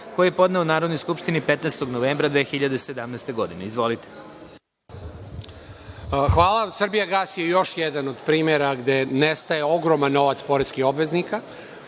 koji je podneo Narodnoj skupštini 15. novembra 2017. godine. Izvolite. **Saša Radulović** Hvala.„Srbijagas“ je još jedan od primera gde nestaje ogroman novac poreskih obveznika